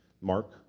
Mark